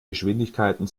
geschwindigkeiten